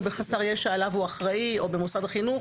בחסר ישע עליו הוא אחראי או במוסד חינוך